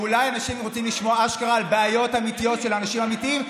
אולי אנשים רוצים לשמוע אשכרה על בעיות אמיתיות של אנשים אמיתיים,